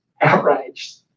outraged